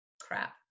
Crap